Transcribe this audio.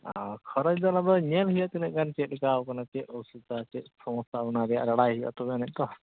ᱚ ᱠᱷᱚᱨᱚᱪ ᱫᱚ ᱚᱱᱟ ᱫᱚ ᱧᱮᱞ ᱦᱩᱭᱩᱜᱼᱟ ᱛᱤᱱᱟᱹᱜ ᱜᱟᱱ ᱪᱮᱫ ᱞᱮᱠᱟ ᱟᱠᱟᱱᱟ ᱪᱮᱫ ᱚᱥᱩᱵᱤᱫᱟ ᱪᱮᱫ ᱥᱚᱢᱚᱥᱥᱟ ᱚᱱᱟ ᱜᱮ